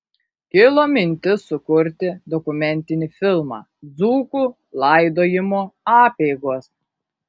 kilo mintis sukurti dokumentinį filmą dzūkų laidojimo apeigos